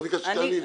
לא ביקשתי שתעני לי.